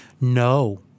no